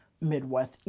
Midwest